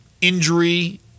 injury